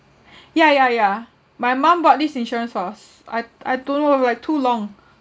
ya ya ya my mum bought this insurance for us I I don't know like too long